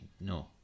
no